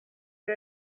che